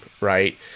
right